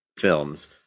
films